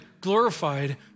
glorified